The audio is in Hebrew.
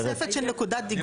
של תוספת של נקודת דיגום?